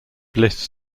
bliss